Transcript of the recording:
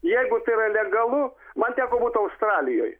jeigu tai yra legalu man teko būt australijoj